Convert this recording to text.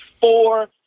four